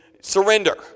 surrender